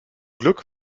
glück